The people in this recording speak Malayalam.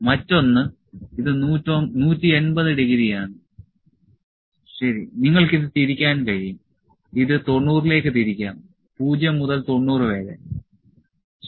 മറ്റൊന്ന് ഇത് 180° ആണ് ശരി നിങ്ങൾക്ക് ഇത് തിരിക്കാൻ കഴിയും ഇത് 90° ലേക്ക് തിരിക്കാം 0 മുതൽ 90 വരെ ശരി